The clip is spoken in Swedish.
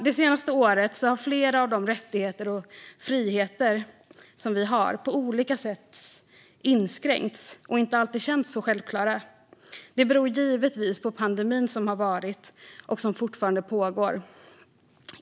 Det senaste året har flera av de rättigheter och friheter som vi har på olika sätt inskränkts och inte alltid känts så självklara. Detta beror givetvis på pandemin som varit och som fortfarande pågår.